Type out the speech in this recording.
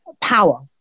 power